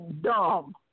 dumb